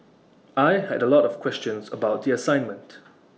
I had A lot of questions about the assignment